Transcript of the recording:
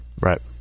Right